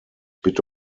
bitte